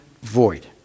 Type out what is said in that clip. void